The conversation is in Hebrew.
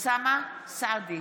אוסאמה סעדי,